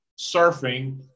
surfing